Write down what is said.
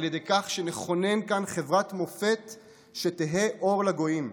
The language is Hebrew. ידי כך שנכונן כאן חברת מופת שתהא אור לגויים.